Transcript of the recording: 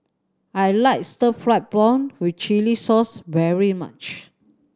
I like stir fried prawn with chili sauce very much